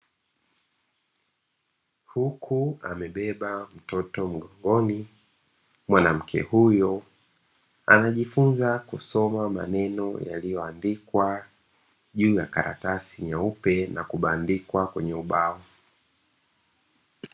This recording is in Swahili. Huku amebeba mtoto mgongoni, mwanamke huyo anajifunza kusoma maneno yaliyoandikwa juu ya karatasi nyeupe na kubandikwa kwenye ubao.